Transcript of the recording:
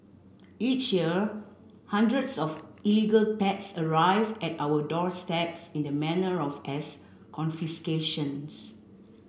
each year hundreds of illegal pets arrive at our doorsteps in this manner or as confiscations